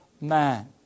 man